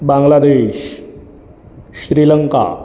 Bangladesh Sri Lanka